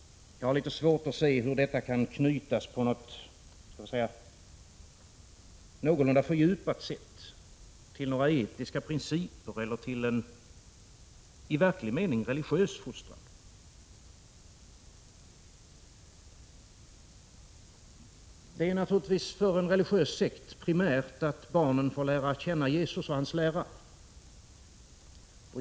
Jag har litet svårt att se hur detta på, skall vi säga, någorlunda fördjupat sätt kan knytas till några etiska principer eller till en i verklig mening religiös fostran. Det är naturligtvis för en religiös sekt primärt att barnen får lära känna Jesus och hans lära.